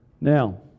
Now